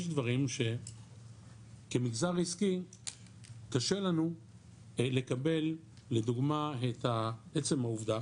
יש דברים שכמגזר עסקי קשה לנו לקבל לדוגמה את עצם העובדה